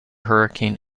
hurricane